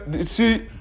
see